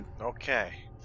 Okay